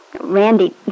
Randy